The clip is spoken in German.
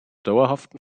dauerhaften